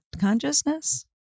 consciousness